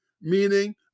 meaning